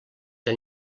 han